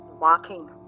walking